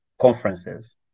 conferences